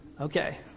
Okay